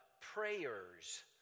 prayers